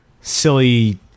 silly